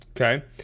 Okay